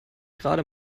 gerade